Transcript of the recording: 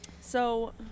So-